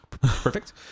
Perfect